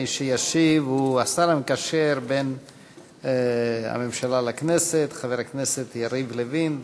מי שישיב הוא השר המקשר בין הממשלה לבין הכנסת חבר הכנסת יריב לוין.